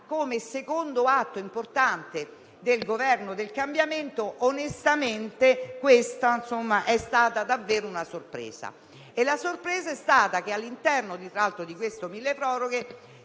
come secondo atto importante del «Governo del cambiamento» onestamente questa è stata davvero una sorpresa. Un'altra sorpresa è stata che, all'interno di questo milleproroghe,